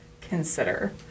consider